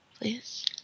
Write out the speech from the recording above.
Please